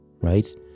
Right